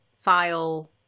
file